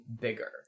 bigger